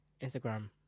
Instagram